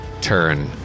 turn